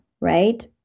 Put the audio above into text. right